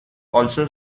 also